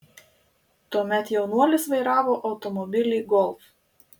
tuomet jaunuolis vairavo automobilį golf